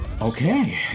Okay